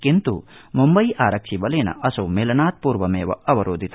किन्त् मुम्बई आरक्षिबलेन असौ मेलनात् पूर्वमेव अवरोधित